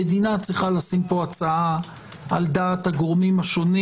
המדינה צריכה לשים פה הצעה על דעת הגורמים השונים.